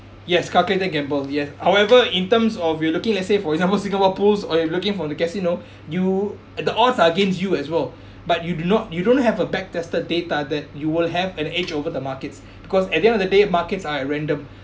yes calculated gamble ya however in terms of you looking let's say for example singapore pools or you're looking from the casino you the odds are against you as well but you do not you don't have a back tested data that you will have an edge over the markets because at the end of the day markets are at random